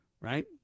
right